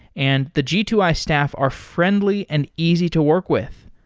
and the g two i staff are friendly and easy to work with.